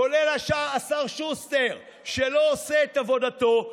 כולל השר שוסטר שלא עושה את עבודתו,